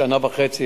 בשנה וחצי,